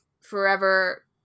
forever